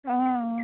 অঁ অঁ